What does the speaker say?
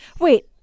Wait